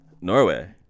Norway